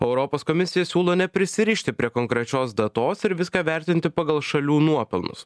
europos komisija siūlo neprisirišti prie konkrečios datos ir viską vertinti pagal šalių nuopelnus